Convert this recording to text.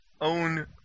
own